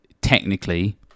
technically